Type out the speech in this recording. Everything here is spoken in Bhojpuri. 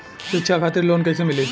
शिक्षा खातिर लोन कैसे मिली?